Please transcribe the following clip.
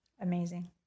Amazing